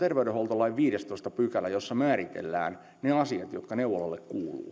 terveydenhuoltolain viidestoista pykälä jossa määritellään ne asiat jotka neuvoloille kuuluvat